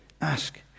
Ask